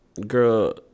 girl